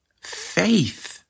faith